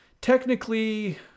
technically